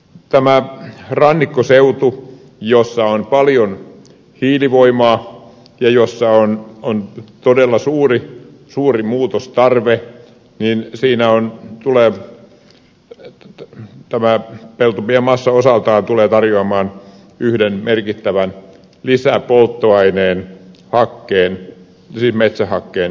tällä rannikkoseudulla jossa on paljon hiilivoimaa ja jossa on todella suuri muutostarve tämä peltobiomassa osaltaan tulee tarjoamaan yhden merkittävän lisäpolttoaineen metsähakkeen rinnalle